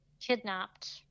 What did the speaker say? kidnapped